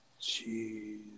Jeez